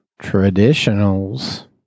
traditionals